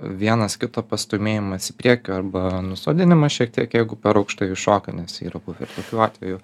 vienas kito pastūmėjimas į priekį arba nusodinimas šiek tiek jeigu per aukštai iššoka nes yra buvę ir tokių atvejų